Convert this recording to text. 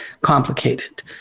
complicated